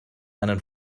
einen